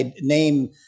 name